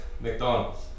McDonald's